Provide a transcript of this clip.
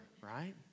right